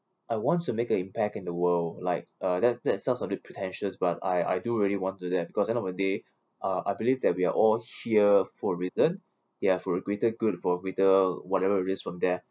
I want to make a impact in the world like uh that that sounds a bit pretentious but I I do really want to do that because end of a day uh I believe that we are all here for a reason ya for a greater good for greater whatever it is from there